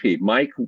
Mike